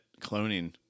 cloning